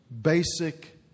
basic